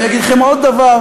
אני אגיד לכם עוד דבר,